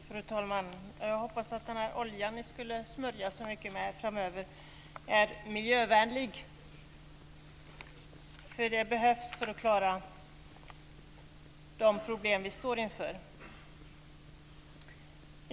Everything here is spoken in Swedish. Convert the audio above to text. Fru talman! Jag hoppas att den här oljan som ni skulle smörja så mycket med framöver är miljövänlig. Det behövs för att vi ska klara de problem vi står inför.